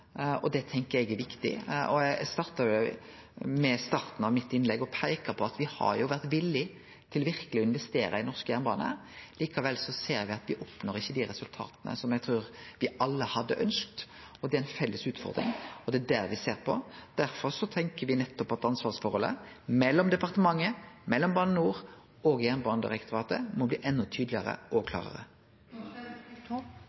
på at me har vore villige til verkeleg å investere i norsk jernbane. Likevel ser me at me ikkje oppnår dei resultata eg trur me alle hadde ønskt. Det er ei felles utfordring, og det er det me ser på. Derfor tenkjer me nettopp at ansvarsforholdet mellom departementet, Bane NOR og Jernbanedirektoratet må bli enda tydelegare og